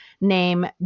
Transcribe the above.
Name